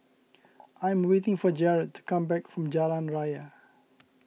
I am waiting for Jarrett to come back from Jalan Raya